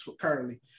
currently